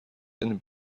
and